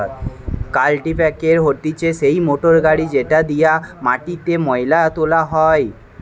কাল্টিপ্যাকের হতিছে সেই মোটর গাড়ি যেটি দিয়া মাটিতে মোয়লা তোলা হয়